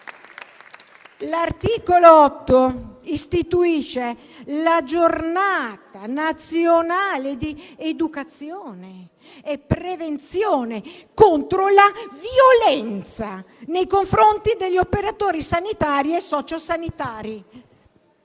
- prevede l'istituzione della "Giornata nazionale di educazione e prevenzione contro la violenza nei confronti degli operatori sanitari e sociosanitari",